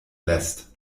lässt